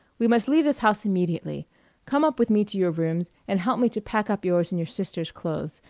we must leave this house immediately come up with me to your rooms, and help me to pack up yours and your sisters' clothes,